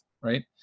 right